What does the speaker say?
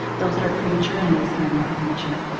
those that are premature and those that are not premature.